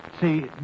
See